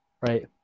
right